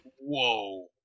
whoa